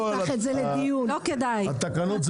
התקנות זה